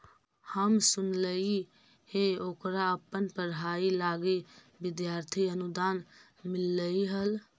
हम सुनलिइ हे ओकरा अपन पढ़ाई लागी विद्यार्थी अनुदान मिल्लई हल